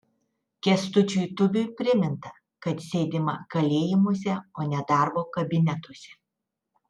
kęstučiui tubiui priminta kad sėdima kalėjimuose o ne darbo kabinetuose